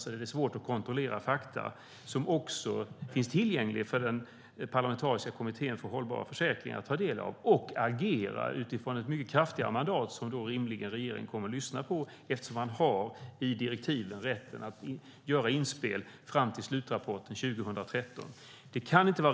Det är svårt att kontrollera fakta som också finns tillgängliga för den parlamentariska kommittén för hållbara försäkringar att ta del av och att agera utifrån ett mycket kraftigare mandat som regeringen då rimligen kommer att lyssna på eftersom man enligt direktiven har rätten att göra inspel fram till slutrapporten 2013.